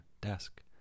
desk